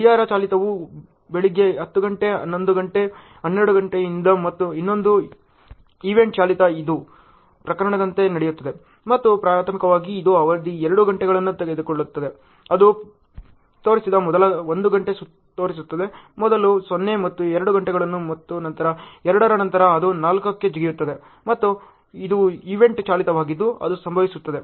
ಗಡಿಯಾರ ಚಾಲಿತವು ಬೆಳಿಗ್ಗೆ 10 ಗಂಟೆ 11 ಗಂಟೆ 12 ಗಂಟೆಯಂತಿದೆ ಮತ್ತು ಇನ್ನೊಂದನ್ನು ಈವೆಂಟ್ ಚಾಲಿತ ಇದು ಪ್ರಕರಣದಂತೆ ನಡೆಯುತ್ತದೆ ಮತ್ತು ಪ್ರಾಥಮಿಕವಾಗಿ ಇದು ಅವಧಿ 2 ಗಂಟೆಗಳನ್ನು ತೆಗೆದುಕೊಳ್ಳುತ್ತದೆ ಅದು ತೋರಿಸಿದ ಮೊದಲ 1 ಗಂಟೆ ತೋರಿಸುತ್ತದೆ ಮೊದಲ 0 ಮತ್ತು 2 ಗಂಟೆಗಳು ಮತ್ತು ನಂತರ 2 ರ ನಂತರ ಅದು 4 ಕ್ಕೆ ಜಿಗಿಯುತ್ತದೆ ಮತ್ತು ಇದು ಈವೆಂಟ್ ಚಾಲಿತವಾಗಿದ್ದು ಅದು ಸಂಭವಿಸುತ್ತದೆ